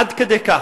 עד כדי כך.